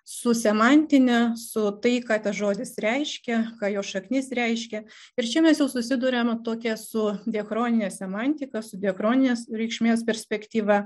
su semantine su tai ką tas žodis reiškia ką jo šaknis reiškia ir čia mes jau susiduriame tokia su diachronine semantika su diachroninės reikšmės perspektyva